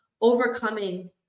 overcoming